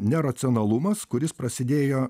neracionalumas kuris prasidėjo